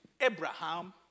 Abraham